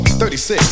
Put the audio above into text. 36